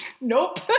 Nope